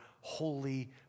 holy